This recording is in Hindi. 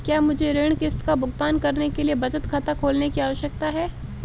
क्या मुझे ऋण किश्त का भुगतान करने के लिए बचत खाता खोलने की आवश्यकता है?